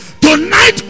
tonight